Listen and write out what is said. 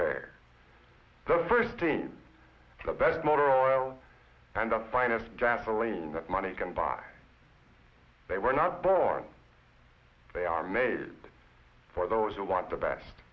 pair the first team the best motor oil and of the finest gasoline that money can buy they were not born they are made for those who want the best